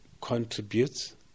contributes